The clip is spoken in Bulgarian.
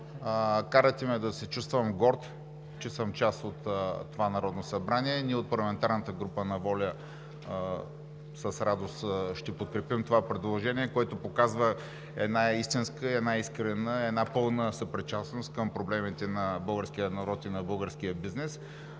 Карате ме да се чувствам горд, че съм част от това Народно събрание. Ние от парламентарната група на ВОЛЯ с радост ще подкрепим това предложение, което показва една истинска, една искрена и една пълна съпричастност към проблемите на българския народ и на българския бизнес.